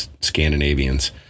Scandinavians